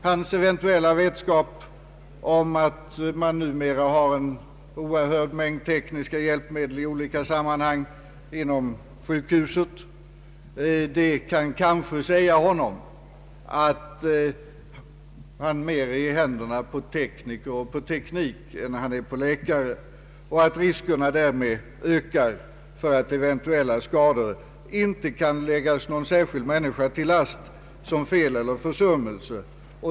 Hans eventuella vetskap om att man numera har en oerhörd mängd tekniska hjälpmedel på olika områden inom sjukhusen kan kanske säga honom att han är i händerna mer på tekniker och teknik än på läkare och att riskerna därmed ökar för att eventuella skador inte kan läggas någon särskild människa till last som fel eller försummelse.